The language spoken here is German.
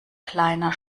kleiner